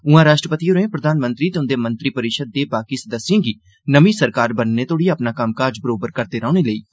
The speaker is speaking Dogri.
उआ राष्ट्रपति होरें प्रधानमंत्री ते उंदे मंत्रिपरिषद दे बाकी सदस्यें गी नमीं सरकार बनने तोहड़ी अपना कम्मकाज बरोबर करदे रौहने लेई आखेआ हा